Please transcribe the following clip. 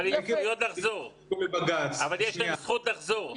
אבל יש להם זכות לחזור.